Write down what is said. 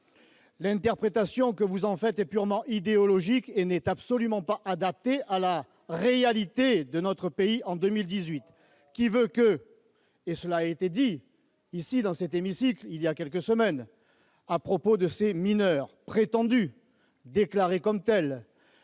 L'interprétation que vous en faites est purement idéologique et n'est absolument pas adaptée à la réalité de notre pays en 2018. Quelle bouillie ! Cela a été rappelé dans cet hémicycle, il y a quelques semaines, on estime que 70 % de ces mineurs, du moins déclarés comme tels,